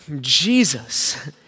Jesus